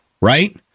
Right